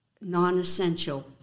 non-essential